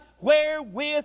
wherewith